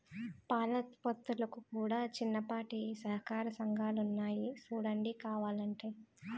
పాల ఉత్పత్తులకు కూడా చిన్నపాటి సహకార సంఘాలున్నాయి సూడండి కావలంటే